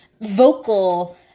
vocal